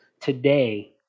today